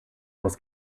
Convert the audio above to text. was